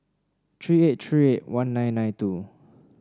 three eight three eight one nine nine two